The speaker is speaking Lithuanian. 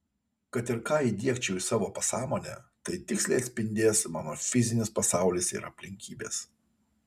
kad ir ką įdiegčiau į savo pasąmonę tai tiksliai atspindės mano fizinis pasaulis ir aplinkybės